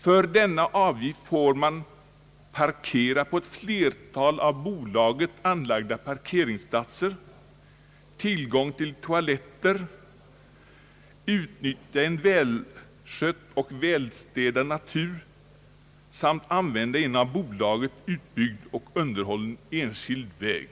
För denna avgift får man parkera på ett flertal av bolaget anlagda parkeringsplatser, ha tillgång till toaletter och utnyttja en välskött och välstädad natur samt använda en av bolaget utbyggd och underhållen enskild väg.